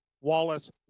Wallace